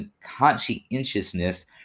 conscientiousness